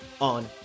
on